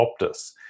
Optus